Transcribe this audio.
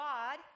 God